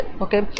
okay